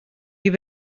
you